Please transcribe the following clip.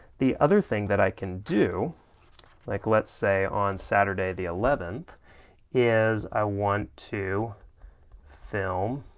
the other thing that i can do like let's say on saturday the eleventh is, i want to film